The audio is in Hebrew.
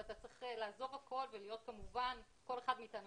ואתה צריך לעזוב הכול כל אחד מאיתנו